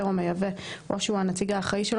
או מייבא או שהוא הנציג האחראי שלו,